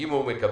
אם הוא מקבל